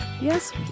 Yes